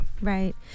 Right